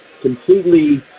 completely